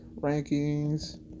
rankings